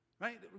Right